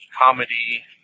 comedy